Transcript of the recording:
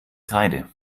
kreide